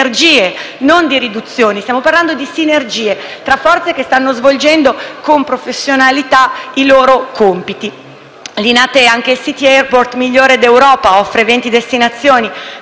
non di riduzioni. Stiamo parlando di sinergie tra forze che stanno svolgendo con professionalità i loro compiti. Linate è anche il City Airport migliore d'Europa. Offre 20 destinazioni.